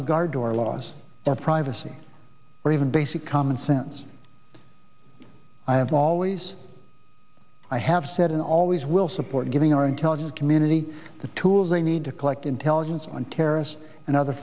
regard to our laws our privacy or even basic common sense i have always i have said and always will support giving our intelligence community the tools they need to collect intelligence on terrorists and other